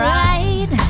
right